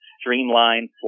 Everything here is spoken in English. streamlined